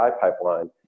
pipeline